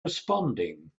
responding